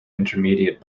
intermediate